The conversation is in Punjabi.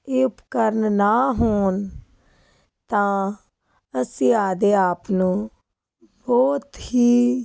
ਇਹ ਉਪਕਰਨ ਨਾ ਹੋਣ ਤਾਂ ਅਸੀਂ ਆਪਣੇ ਆਪ ਨੂੰ ਬਹੁਤ ਹੀ